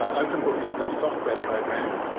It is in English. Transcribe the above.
openbook is a software program.